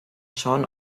schauen